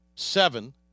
Seven